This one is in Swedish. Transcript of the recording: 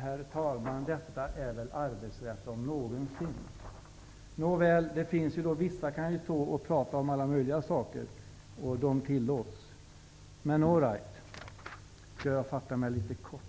Herr talman! Detta gäller väl arbetsrätten om något. Vissa kan tala om alla möjliga saker, och det tillåts. Men all right, jag skall fatta mig kort.